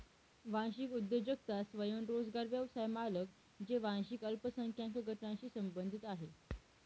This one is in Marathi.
वांशिक उद्योजकता स्वयंरोजगार व्यवसाय मालक जे वांशिक अल्पसंख्याक गटांशी संबंधित आहेत